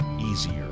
easier